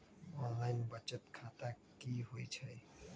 Online बचत खाता की होई छई?